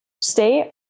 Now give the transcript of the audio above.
stay